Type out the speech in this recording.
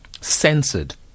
censored